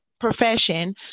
profession